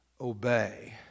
obey